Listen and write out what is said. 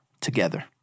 together